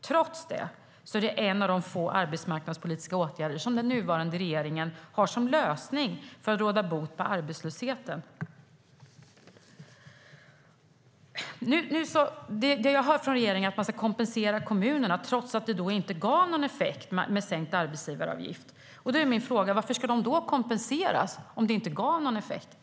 Trots det är det en av de få arbetsmarknadspolitiska åtgärderna som den nuvarande regeringen har som lösning för att råda bot på arbetslösheten. Regeringen har sagt att man ska kompensera kommunerna, trots att sänkt arbetsgivaravgift inte gav någon effekt. Varför ska kommunerna kompenseras om sänkningen inte gav någon effekt?